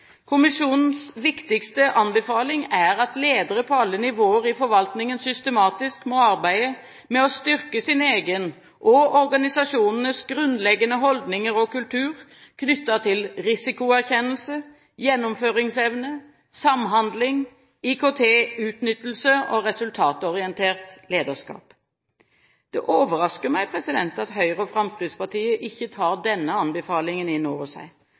Kommisjonens viktigste anbefaling er at ledere på alle nivåer i forvaltningen systematisk må arbeide med å styrke sine egne og organisasjonenes grunnleggende holdninger og kultur knyttet til risikoerkjennelse, gjennomføringsevne, samhandling, IKT-utnyttelse og resultatorientert lederskap. Det overrasker meg at Høyre og Fremskrittspartiet ikke tar denne anbefalingen